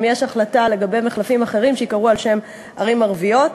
גם יש החלטה לגבי מחלפים אחרים שייקראו על שם ערים ערביות.